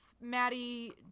maddie